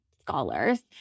scholars